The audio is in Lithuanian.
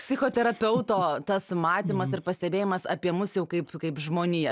psichoterapeuto tas matymas ir pastebėjimas apie mus jau kaip kaip žmoniją